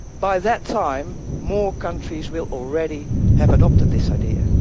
by that time, more countries will already have adopted this idea.